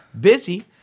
busy